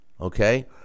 okay